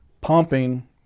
pumping